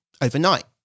overnight